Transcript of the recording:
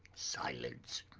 silence!